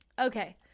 Okay